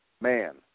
Man